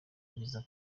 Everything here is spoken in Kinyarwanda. byiza